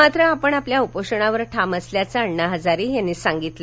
मात्र आपण आपल्या उपोषणावर ठाम असल्याचे अण्णा हजारे यांनी सांगितले